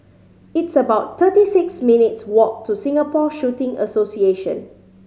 it's about thirty six minutes' walk to Singapore Shooting Association